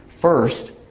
First